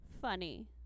funny